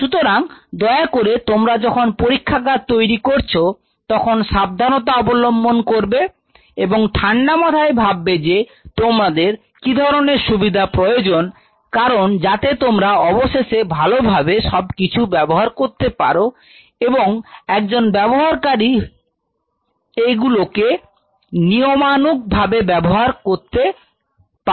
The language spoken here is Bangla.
সুতরাং দয়া করে তোমরা যখন পরীক্ষাগার তৈরি করছ তখন সাবধানতা অবলম্বন করবে এবং ঠাণ্ডা মাথায় ভাববে যে তোমাদের কি ধরনের সুবিধা প্রয়োজন কারণ যাতে তোমরা অবশেষে ভালোভাবে সবকিছু ব্যবহার করতে পারো এবং একজন ব্যবহারকারী এগুলোকে নিয়মানুগ ভাবে ব্যবহার করতে পারে